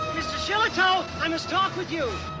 shillitoe, i must talk with you.